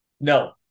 No